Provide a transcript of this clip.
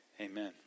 Amen